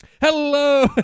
Hello